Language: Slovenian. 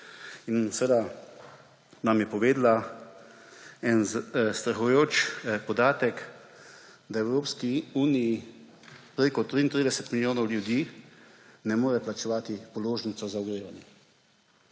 in seveda nam je povedala en zastrašujoč podatek, da v Evropski uniji več kot 33 milijonov ljudi ne more plačevati položnice za ogrevanje.